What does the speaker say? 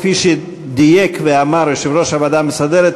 כפי שדייק ואמר יושב-ראש הוועדה המסדרת,